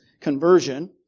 conversion